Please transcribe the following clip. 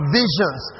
visions